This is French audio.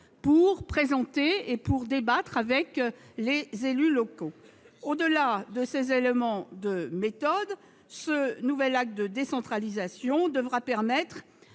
commun et de débattre avec les élus locaux. Au-delà de ces éléments de méthode, ce nouvel acte de décentralisation devra permettre